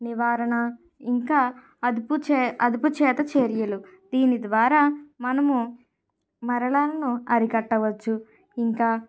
నివారణ ఇంకా అదుపు చే అదుపు చేత చర్యలు దీని ద్వారా మనము మరణాలను అరికట్టవచ్చు ఇంకా